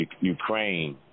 Ukraine